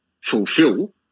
fulfill